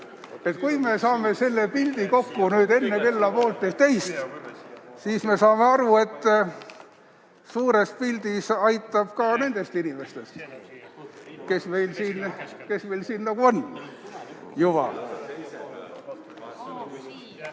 Kui me saame selle pildi kokku enne kella poolt ühtteist, siis me saame aru, et suures pildis aitab ka nendest inimestest, kes meil siin juba on. (Pusle